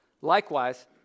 likewise